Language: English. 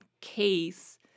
case